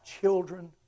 children